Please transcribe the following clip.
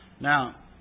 Now